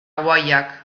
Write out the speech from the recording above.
guayak